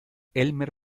elmer